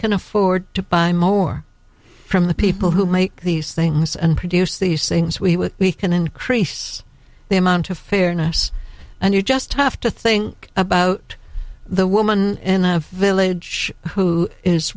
can afford to buy more from the people who make these things and produce these things we we can increase the amount of fairness and you just have to think about the woman and i have village who is